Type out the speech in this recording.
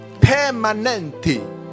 permanent